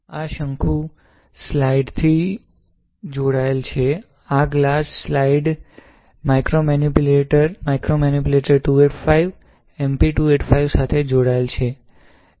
આ શંકુ glass slide થી જોડાયેલ છે આ glass slide micromanipulator micromanipulator 285 MP 285 સાથે જોડાયેલ છે